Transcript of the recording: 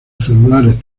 celulares